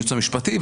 היועץ המשפטי,